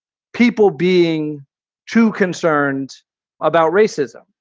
people being too concerned about racism.